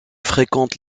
fréquente